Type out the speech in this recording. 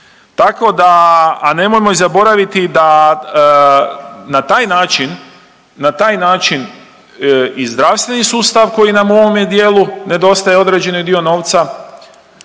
Tako da, a nemojmo i zaboraviti da na taj način i zdravstveni sustav koji nam u ovome dijelu nedostaje određeni dio novca,